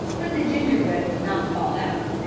but the gingerbread would not fall out,